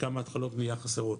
כמה התחלות בניה חסרות.